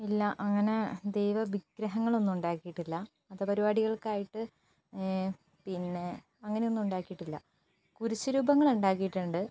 ഇല്ല അങ്ങനെ ദൈവവിഗ്രഹങ്ങൾ ഒന്നും ഉണ്ടാക്കിയിട്ടില്ല മത പരിപാടികൾക്കായിട്ട് പിന്നെ അങ്ങനെ ഒന്നും ഉണ്ടാക്കിയിട്ടില്ല കുരിശുരൂപങ്ങൾ ഉണ്ടാക്കിയിട്ടുണ്ട്